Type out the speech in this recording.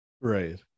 Right